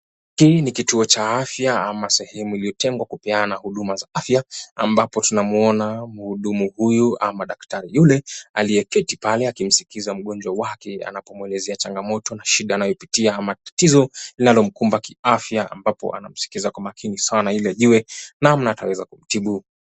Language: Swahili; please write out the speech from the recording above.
Hii ni kituo cha afya ama sehemu iliyotengwa kupeana huduma za afya ambapo tunamuona mhudumu huyu ama daktari yule aliyeketi pale akimskiza mgonjwa wake anapomwelezea changamoto na shida anayopitia ama tatizo linalomkumba kiafya ambapo anamskiza kwa makini sana ili ajue namna ataweza kumtibu.